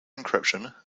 encryption